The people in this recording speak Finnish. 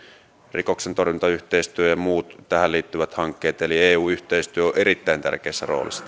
rikoksentorjuntayhteistyö ja muut tähän liittyvät hankkeet eli eu yhteistyö on erittäin tärkeässä roolissa